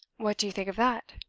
what do you think of that?